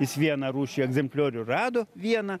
jis vieną rūšį egzempliorių rado vieną